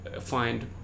find